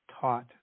taught